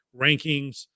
rankings